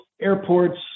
airports